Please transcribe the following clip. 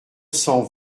cent